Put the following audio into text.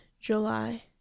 July